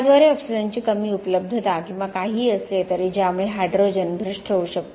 द्वारे ऑक्सिजनची कमी उपलब्धता किंवा काहीही असले तरी ज्यामुळे हायड्रोजन भ्रष्ट होऊ शकते